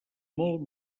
molt